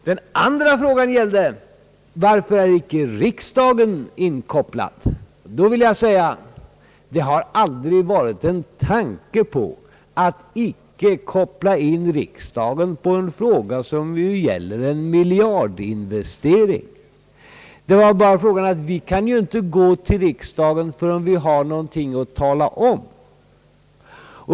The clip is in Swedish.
Herr Wallmarks andra fråga gällde varför icke riksdagen är inkopplad. På den frågan vill jag svara, att det aldrig har varit vår tanke att icke koppla in riksdagen på en fråga som gäller en miljardinvestering. Men vi kan ju inte gå till riksdagen förrän vi har någonting att meddela.